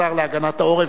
השר לביטחון העורף,